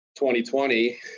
2020